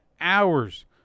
hours